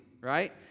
Right